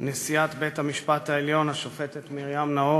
נשיאת בית-המשפט העליון השופטת מרים נאור